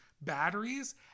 batteries